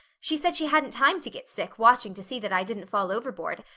she said she hadn't time to get sick, watching to see that i didn't fall overboard.